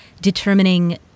determining